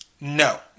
No